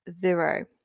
zero